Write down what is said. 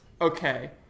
Okay